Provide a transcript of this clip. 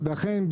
ואכן,